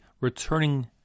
returning